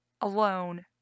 alone